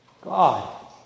God